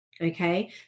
Okay